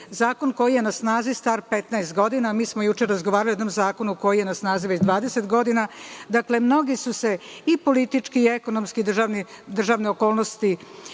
zakon koji je na snazi star 15 godina, a mi smo juče razgovarali o jednom zakonu koji je na snazi već 20 godina. Dakle, mnoge su se i političke i ekonomske državne okolnosti